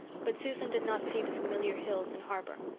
but susan did not see the familiar hills and harbour.